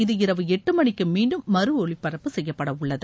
இது இரவு எட்டு மணிக்கு மீண்டும் மறு ஒலிபரப்பு செய்யப்படவுள்ளது